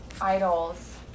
idols